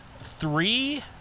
three